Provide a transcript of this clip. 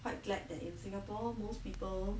quite glad that in Singapore most people